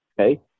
Okay